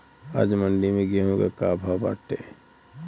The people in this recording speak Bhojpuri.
आज मंडी में गेहूँ के का भाव बाटे?